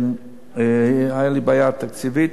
היתה לי בעיה תקציבית,